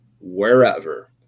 wherever